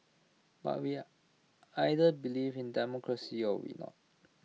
but we are either believe in democracy or we not